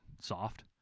soft